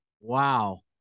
Wow